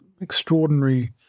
extraordinary